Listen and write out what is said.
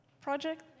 project